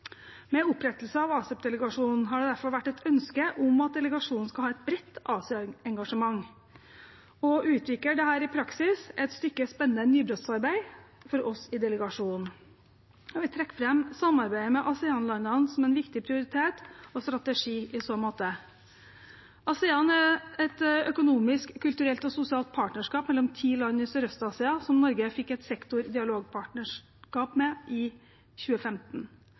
Med opprettelse av ASEP-delegasjonen har det derfor vært et ønske om at delegasjonen skal ha et bredt Asia-engasjement. Å utvikle dette i praksis er et stykke spennende nybrottsarbeid for oss i delegasjonen. Jeg vil trekke fram samarbeidet med ASEAN-landene som en viktig prioritet og strategi i så måte. ASEAN er et økonomisk, kulturelt og sosialt partnerskap mellom ti land i Sørøst-Asia, som Norge fikk et sektordialogpartnerskap med i 2015.